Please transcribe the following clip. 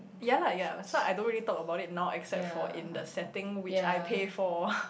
ya lah ya so I don't really talk about it now except for in the setting which I pay for